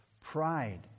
Pride